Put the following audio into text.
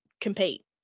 compete